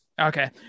Okay